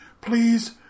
please